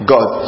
God